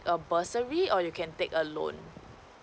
a bursary or you can take a loan